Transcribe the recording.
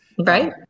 Right